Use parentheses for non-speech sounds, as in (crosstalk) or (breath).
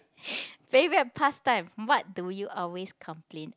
(breath) favourite pastime what do you always complain